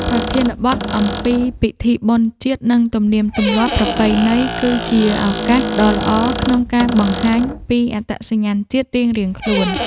ប្រធានបទអំពីពិធីបុណ្យជាតិ និងទំនៀមទម្លាប់ប្រពៃណី គឺជាឱកាសដ៏ល្អក្នុងការបង្ហាញពីអត្តសញ្ញាណជាតិរៀងៗខ្លួន។